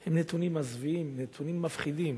הם נתונים מזוויעים, נתונים מפחידים.